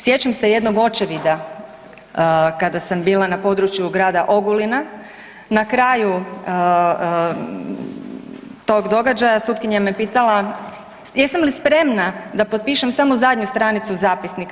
Sjećam se jednog očevida kada sam bila na području grada Ogulina, na kraju tog događaja sutkinja me pitala jesam li spremna da potpišem samo zadnju stranicu zapisnika.